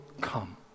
come